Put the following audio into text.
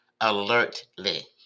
alertly